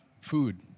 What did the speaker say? food